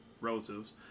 relatives